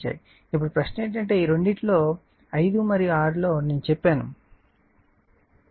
ఇప్పుడు ప్రశ్న ఏమిటంటే ఈ రెండింటిలో 5 మరియు 6 లో నేను చెప్పాను